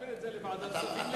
להעביר את זה לוועדת הכספים לדיון.